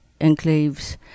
enclaves